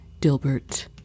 Dilbert